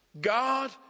God